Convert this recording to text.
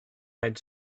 had